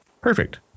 Perfect